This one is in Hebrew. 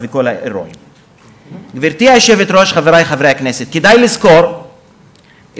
הכאה על חטא וחשבון נפש,